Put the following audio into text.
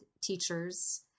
teachers